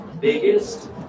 biggest